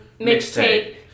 Mixtape